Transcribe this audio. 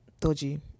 dodgy